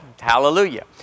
hallelujah